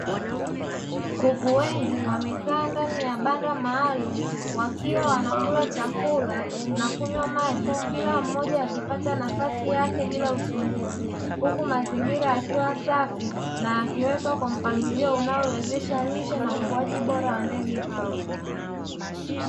Kuku wengi wamekaaa ndani ya banda maalumu wakiwa wanakula chakula na kunywa maji kila mmoja akipata nafasi yake bila usumbufu, huku mazingira yakiwa safi na yakiwekwa katika mpangilio unaowezesha lishe na ukuaji bora wa ndege hao.